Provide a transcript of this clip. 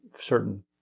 certain